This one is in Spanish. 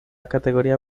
categoría